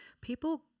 people